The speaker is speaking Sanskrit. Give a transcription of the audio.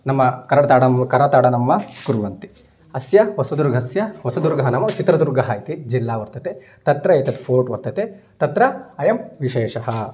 नाम करताडनं करताडनं वा कुर्वन्ति अस्य होसदुर्गस्य होसदुर्गः नाम चित्रदुर्गः इति जिल्ला वर्तते तत्र एतत् फ़ोर्ट् वर्तते तत्र अयं विशेषः